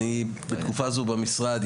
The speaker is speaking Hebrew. בתקופה הזו במשרד,